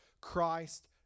Christ